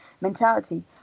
mentality